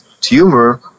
tumor